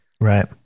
Right